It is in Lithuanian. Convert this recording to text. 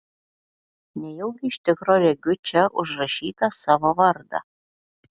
nejaugi iš tikro regiu čia užrašytą savo vardą